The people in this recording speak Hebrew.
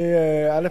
א.